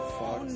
fox